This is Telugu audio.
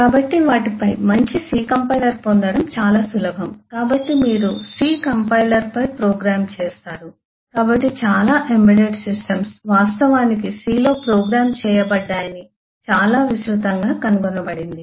కాబట్టి వాటిపై మంచి C కంపైలర్ పొందడం చాలా సులభం కాబట్టి మీరు C కంపైలర్ పై ప్రోగ్రామ్ చేస్తారు కాబట్టి చాలా ఎంబెడెడ్ సిస్టమ్స్ వాస్తవానికి C లో ప్రోగ్రామ్ చేయబడ్డాయని చాలా విస్తృతంగా కనుగొనబడింది